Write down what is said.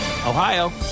Ohio